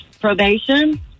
Probation